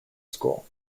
school